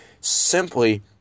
Simply